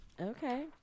Okay